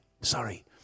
sorry